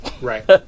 Right